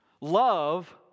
Love